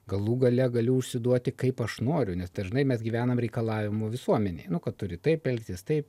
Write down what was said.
galų gale galiu užsiduoti kaip aš noriu nes dažnai mes gyvenam reikalavimų visuomenėj nu kadt turi taip elgtis taip